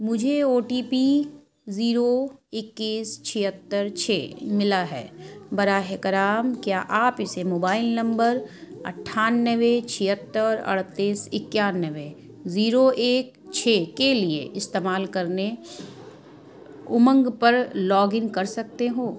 مجھے O T P zero اکیس چھیتر چھ ملا ہے براہِ کرم کیا آپ اسے موبائل نمبر اٹھانوے چھیتر اڑتیس اکیانوے زیرو ایک چھ کے لیے استعمال کرنے امنگ پر لاگ ان کر سکتے ہو